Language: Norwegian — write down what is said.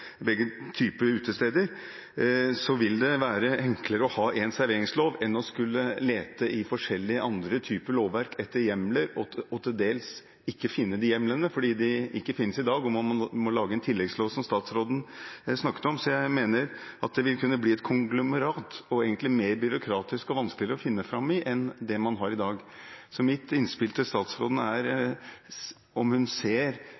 begge typer utesteder – vil det være enklere å ha én serveringslov enn å skulle lete i forskjellige typer lovverk etter hjemler og til dels ikke finne de hjemlene, fordi de ikke finnes i dag, og man må lage en tilleggslov, som statsråden snakket om. Jeg mener at det vil kunne bli et konglomerat og egentlig mer byråkratisk og vanskeligere å finne fram i enn det man har i dag. Så mitt innspill til statsråden er om hun ser